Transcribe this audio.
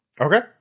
Okay